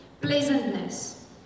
pleasantness